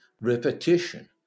repetition